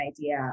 idea